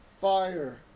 Fire